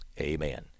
Amen